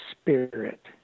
spirit